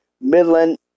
Midland